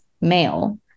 male